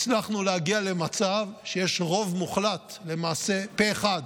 הצלחנו להגיע למצב שיש רוב מוחלט, למעשה פה אחד,